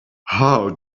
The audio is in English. how